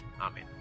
Amen